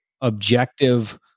objective